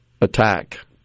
attack